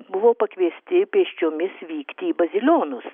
buvo pakviesti pėsčiomis vykti į bazilionus